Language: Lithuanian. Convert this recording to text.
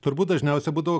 turbūt dažniausiai būdavo